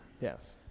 yes